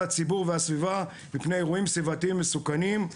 הציבור והסביבה מפני אירועים סביבתיים מסוכנים,